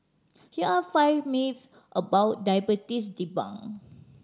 here are five myths about diabetes debunk